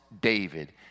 David